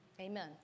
Amen